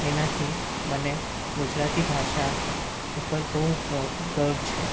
એનાથી મને ગુજરાતી ભાષા ઉપર બહુ મો ગર્વ છે